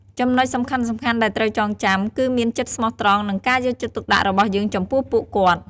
ចំណុចសំខាន់ៗដែលត្រូវចងចាំ គឺមានចិត្តស្មោះត្រង់ និងការយកចិត្តទុកដាក់របស់យើងចំពោះពួកគាត់។